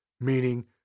meaning